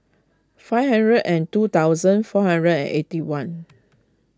five hundred and two thousand four hundred and eighty one